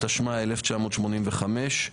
התשמ"ה-1985,